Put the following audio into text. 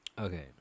Okay